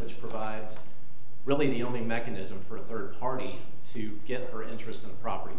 which provides really the only mechanism for a third party to get very interesting probably